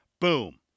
Boom